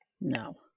No